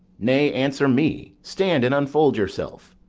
nay, answer me stand, and unfold yourself.